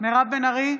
מירב בן ארי,